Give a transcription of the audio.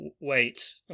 wait